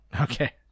Okay